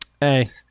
hey